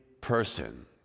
person